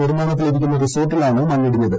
നിർമ്മാണത്തിലിർിക്കുന്ന റിസോർട്ടിലാണ് മണ്ണിടിഞ്ഞത്